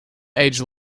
age